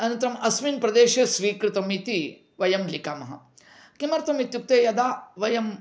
अनन्तरं अस्मिन् प्रदेशे स्वीकृतम् इति वयं लिखामः किमर्थम् इत्युक्ते यदा वयम्